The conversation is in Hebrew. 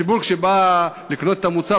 כשהציבור בא לקנות את המוצר,